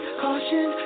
caution